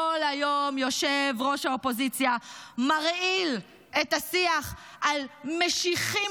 כל היום ראש האופוזיציה מרעיל את השיח על "משיחיים